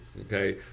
okay